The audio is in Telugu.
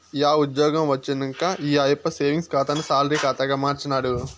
యా ఉజ్జ్యోగం వచ్చినంక ఈ ఆయప్ప సేవింగ్స్ ఖాతాని సాలరీ కాతాగా మార్చినాడు